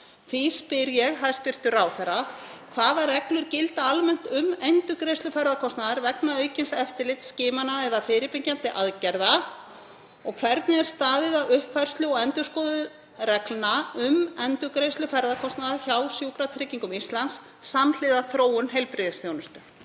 Því spyr ég hæstv. ráðherra: Hvaða reglur gilda almennt um endurgreiðslu ferðakostnaðar vegna aukins eftirlits, skimana eða fyrirbyggjandi aðgerða? Hvernig er staðið að uppfærslu og endurskoðun reglna um endurgreiðslu ferðakostnaðar hjá Sjúkratryggingum Íslands samhliða þróun heilbrigðisþjónustu?